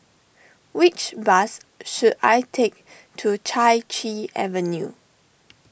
which bus should I take to Chai Chee Avenue